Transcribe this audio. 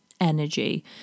energy